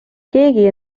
keegi